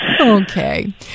Okay